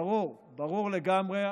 ברור, ברור לגמרי.